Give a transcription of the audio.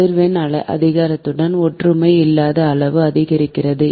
அதிர்வெண் அதிகரித்தவுடன் ஒற்றுமை இல்லாத அளவு அதிகரிக்கிறது